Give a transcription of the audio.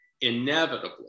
Inevitably